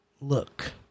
look